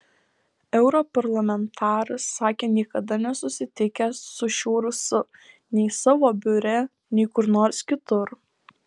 europarlamentaras sakė niekada nesusitikęs su šiuo rusu nei savo biure nei kur nors kitur